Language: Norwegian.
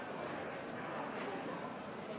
han